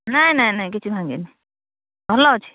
ନାଇ ନାଇ କିଛି ଭାଙ୍ଗିନି ଭଲ ଅଛି